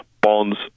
bonds